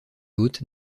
haute